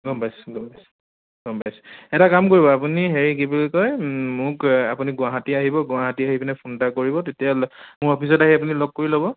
গম পাইছোঁ গম পাইছোঁ গম পাইছোঁ এটা কাম কৰিব আপুনি হেৰি কি বুলি কয় মোক আপুনি গুৱাহাটী আহিব গুৱাহাটী আহি পেলাই ফোন এটা কৰিব তেতিয়ালে মোৰ অফিচত আহি আপুনি লগ কৰি ল'ব